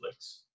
Netflix